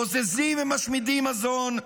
בוזזים ומשמידים מזון,